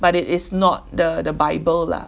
but it is not the the bible lah